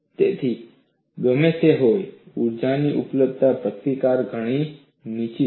તેથી ગમે તે હોય ઊર્જાની ઉપલબ્ધતા પ્રતિકારથી ઘણી નીચે છે